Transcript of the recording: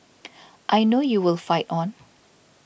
I know you will fight on